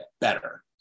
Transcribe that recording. better